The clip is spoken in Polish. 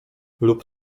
lub